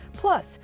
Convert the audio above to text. Plus